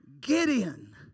Gideon